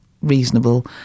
reasonable